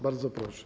Bardzo proszę.